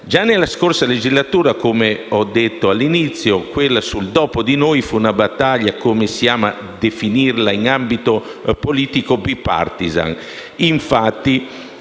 Già nella scorsa legislatura, come ho detto all'inizio, quella sul «dopo di noi» fu una battaglia, come si ama definirla in ambito politico*, bipartisan*.